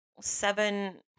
Seven